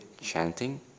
chanting